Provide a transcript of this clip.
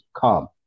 come